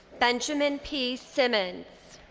benjamin p. simmons.